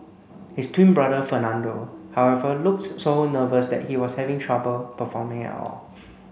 his twin brother Fernando however looked so nervous that he was having trouble performing at all